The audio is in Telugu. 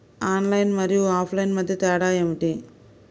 ఆన్లైన్ మరియు ఆఫ్లైన్ మధ్య తేడా ఏమిటీ?